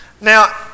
Now